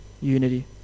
unity